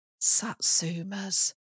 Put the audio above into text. satsumas